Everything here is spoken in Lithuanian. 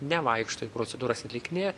nevaikšto į procedūras atlikinėja